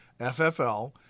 FFL